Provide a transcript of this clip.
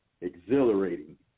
exhilarating